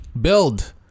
build